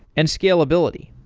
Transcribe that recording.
and scalability.